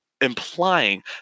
Implying